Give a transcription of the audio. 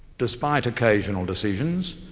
despite occasional decisions,